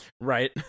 right